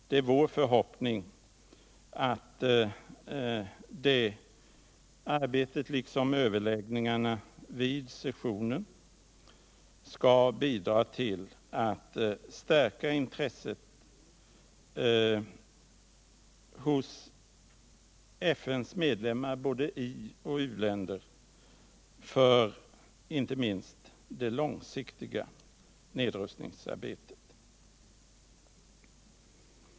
Det är vår förhoppning att det liksom överläggningarna vid sessionen skall bidra till att stärka intresset hos FN:s medlemmar, både i och u-länder, för inte minst det långsiktiga nedrustningsarbetet.